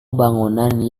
bangunan